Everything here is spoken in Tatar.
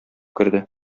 керде